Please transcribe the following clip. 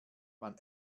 man